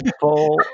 full